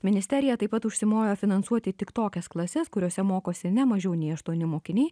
ministerija taip pat užsimojo finansuoti tik tokias klases kuriose mokosi ne mažiau nei aštuoni mokiniai